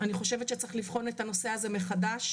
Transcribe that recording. אני חושבת שצריך לבחון את הנושא הזה מחדש.